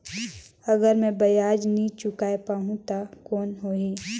अगर मै ब्याज नी चुकाय पाहुं ता कौन हो ही?